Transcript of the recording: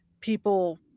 people